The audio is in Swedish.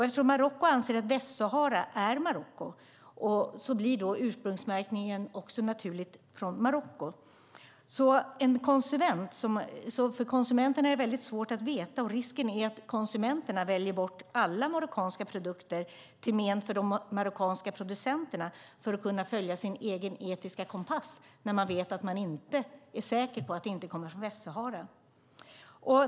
Eftersom Marocko anser att Västsahara är Marocko blir ursprungsmärkningen naturligt Marocko. För konsumenterna är det väldigt svårt att veta, och risken är att konsumenterna väljer bort alla marockanska produkter till men för de marockanska producenterna för att kunna följa sin egen etiska kompass, när man vet att man inte är säker på att det inte kommer från Västsahara.